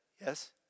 yes